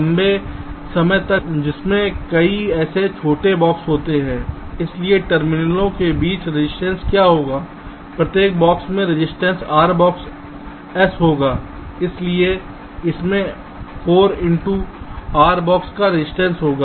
लंबे समय तक जिसमें कई ऐसे छोटे बॉक्स होते हैं इसलिए टर्मिनलों के बीच रजिस्टेंस क्या होगा प्रत्येक बॉक्स में रजिस्टेंस R⧠ s होगा इसलिए इसमें 4 × R⧠ का रजिस्टेंस होगा